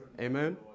Amen